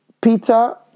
Peter